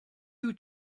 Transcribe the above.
you